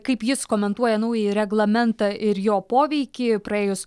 kaip jis komentuoja naująjį reglamentą ir jo poveikį praėjus